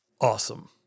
Awesome